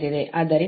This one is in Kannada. ಆದ್ದರಿಂದ 4853